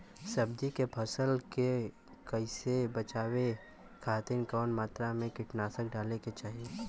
सब्जी के फसल के कियेसे बचाव खातिन कवन मात्रा में कीटनाशक डाले के चाही?